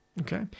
Okay